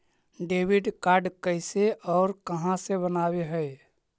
Debit card कैसे और कहां से बनाबे है?